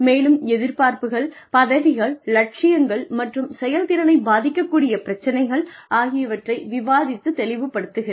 மேலும் எதிர்பார்ப்புகள் பதவிகள் லட்சியங்கள் மற்றும் செயல்திறனைப் பாதிக்கக் கூடிய பிரச்சனைகள் ஆகியவற்றை விவாதித்து தெளிவுப்படுத்துகிறது